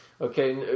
Okay